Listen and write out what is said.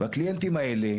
והקליינטים האלה